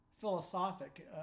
philosophic